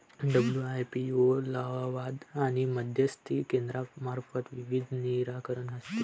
WIPO लवाद आणि मध्यस्थी केंद्रामार्फत विवाद निराकरण करते